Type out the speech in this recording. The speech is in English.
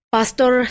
Pastor